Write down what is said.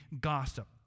gossip